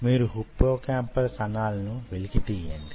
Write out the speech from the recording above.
మీరు హిప్పోకాంపల్ కణాలను వెలికి తీయండి